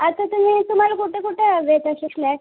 आता तुम्ही तुम्हाला कुठं कुठं हवे आहेत असे फ्लॅट